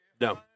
No